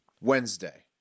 Wednesday